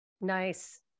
nice